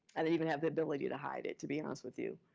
i didn't even have the ability to hide it, to be honest with you.